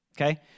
okay